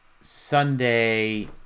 sunday